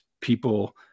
people